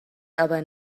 aber